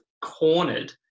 cornered